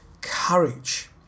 courage